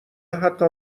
حتی